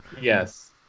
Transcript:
Yes